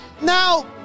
Now